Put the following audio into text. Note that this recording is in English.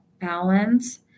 balance